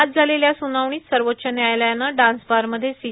आज झालेल्या सुनावणीत सर्वोच्च न्यायालयानं डान्सबारमध्ये सी